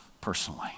personally